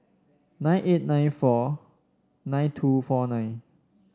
six eight nine four nine two four nine